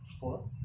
Four